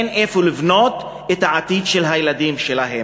שאין להם איפה לבנות את העתיד של הילדים שלהם.